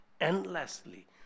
endlessly